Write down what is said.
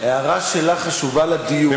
ההערה שלה חשובה לדיון.